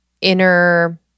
inner